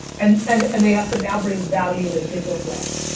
and and and they have to now bring value in a different way.